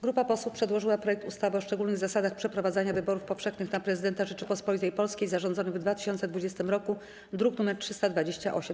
Grupa posłów przedłożyła projekt ustawy o szczególnych zasadach przeprowadzania wyborów powszechnych na Prezydenta Rzeczypospolitej Polskiej zarządzonych w 2020 r., druk nr 328.